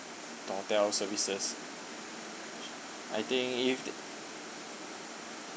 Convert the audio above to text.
the hotel services I think if it